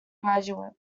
graduate